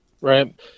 right